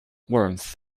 warmth